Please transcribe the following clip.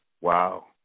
wow